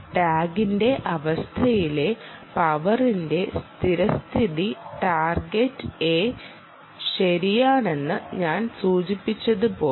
ടാഗിന്റെ അവസ്ഥയിലെ പവറിന്റെ സ്ഥിരസ്ഥിതി ടാർഗെറ്റ് A ശരിയാണെന്ന് ഞാൻ സൂചിപ്പിച്ചതുപോലെ